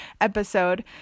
episode